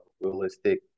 realistic